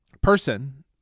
person